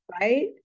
right